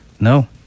No